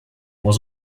was